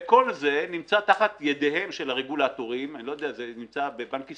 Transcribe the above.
כל זה נמצא תחת ידיהם של הרגולטורים זה נמצא בבנק ישראל,